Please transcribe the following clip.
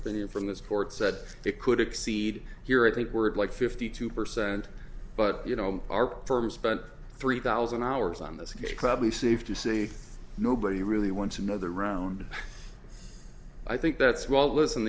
opinion from this court said it could exceed here i think word like fifty two percent but you know our firm spent three thousand hours on this case probably safe to say nobody really wants another round i think that's well listen